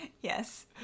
Yes